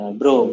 bro